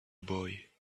boy